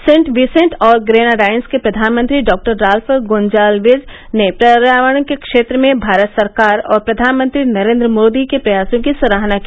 Saint Vincent और Grenadines के प्रधानमंत्री डॉक्टर राल्फ गोंजाल्वेज ने पर्यावरण के क्षेत्र में भारत सरकार और प्रधानमंत्री नरेन्द्र मोदी के प्रयासों की सराहना की